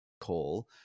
call